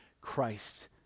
Christ